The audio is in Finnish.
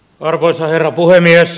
arvoisa herra puhemies